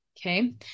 Okay